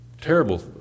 terrible